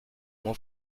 mon